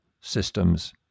systems